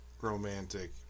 romantic